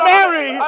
Mary